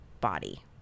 body